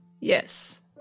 yes